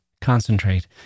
concentrate